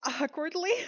awkwardly